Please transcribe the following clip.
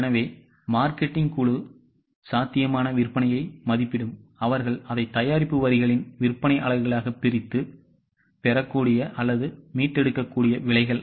எனவே மார்க்கெட்டிங் குழு சாத்தியமான விற்பனையை மதிப்பிடும் அவர்கள் அதை தயாரிப்பு வரிகளின் விற்பனை அலகுகளாக பிரித்து பெறக்கூடிய அல்லது மீட்டெடுக்கக்கூடிய விலைகள்